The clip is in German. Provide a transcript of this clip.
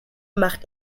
macht